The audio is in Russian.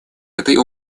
этой